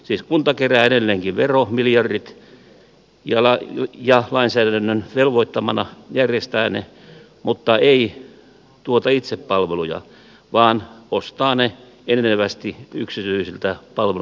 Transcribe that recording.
siis kunta kerää edelleenkin veromiljardit ja lainsäädännön velvoittamana järjestää ne mutta ei tuota itse palveluja vaan ostaa ne enenevästi yksityisiltä palveluntuottajilta